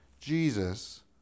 Jesus